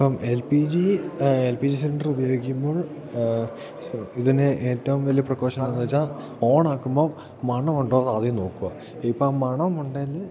ഇപ്പം L P G L P G cylinder ഉപയോഗിക്കുമ്പോൾ സ ഇതിന് ഏറ്റവും വലിയ പ്രിക്കോഷനാണെന്നു വെച്ചാൽ ഓണാക്കുമ്പോൾ മണം ഉണ്ടോയെന്നാദ്യം നോക്കുക ഇപ്പം മണമുണ്ടെങ്കിൽ